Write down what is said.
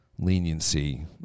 leniency